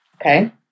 okay